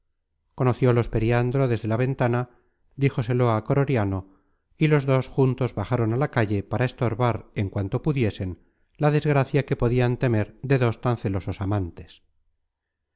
palpitaron los pechos conociólos periandro desde la ventana díjoselo á croriano y los dos juntos bajaron a la calle para estorbar en cuanto pudiesen la desgracia que podian temer de dos tan celosos amantes